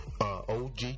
OG